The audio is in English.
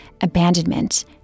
abandonment